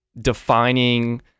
defining